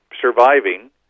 surviving